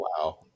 Wow